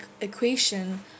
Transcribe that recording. equation